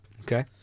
okay